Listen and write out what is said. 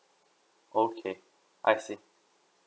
okay I see